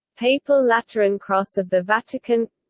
papal lateran cross of the vatican